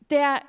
Der